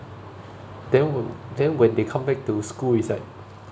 then w~ then when they come back to school it's like